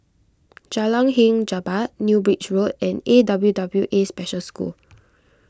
Jalan Hang Jebat New Bridge Road and A W W A Special School